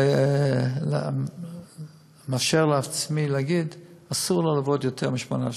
ואני מרשה לעצמי להגיד שאסור לעבוד יותר מ-18 שעות.